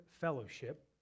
fellowship